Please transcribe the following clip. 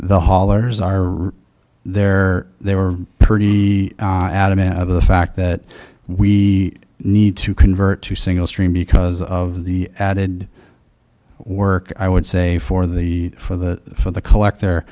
haulers are there they were pretty adamant of the fact that we need to convert to single stream because of the added work i would say for the for the for the collector